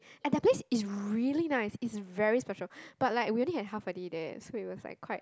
at that place it's really nice it's very special but like we only had half a day there so it was like quite